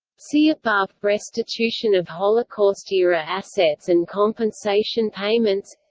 see above restitution of holocaust-era assets and compensation payments